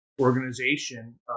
organization